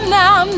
now